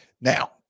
Now